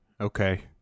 Okay